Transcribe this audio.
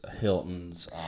Hilton's